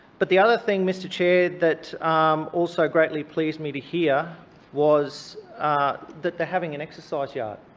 but the other thing, mr chair, that also greatly pleased me to hear was that they're having an exercise yard.